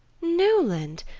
newland!